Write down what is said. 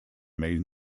main